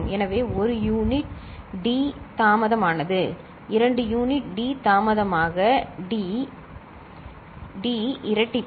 எனவே 1 unit T தாமதமானது 2 unit T தாமதமாக டி டி இரட்டிப்பு